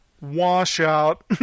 washout